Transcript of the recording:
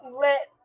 let